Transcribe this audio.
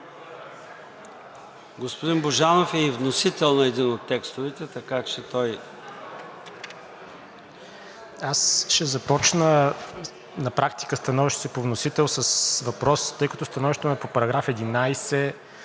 Господин Божанов е и вносител на един от текстовете. БОЖИДАР БОЖАНОВ (ДБ): Ще започна на практика становището си по вносител с въпрос, тъй като становището е по § 11,